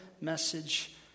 message